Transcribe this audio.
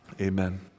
Amen